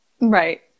Right